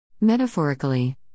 Metaphorically